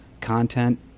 content